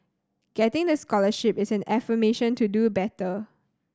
getting the scholarship is an affirmation to do better